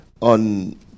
on